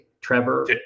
Trevor